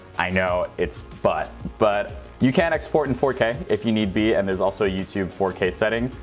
i know it's but, but you can't export in four k if you need be and there's also a youtube four k setting.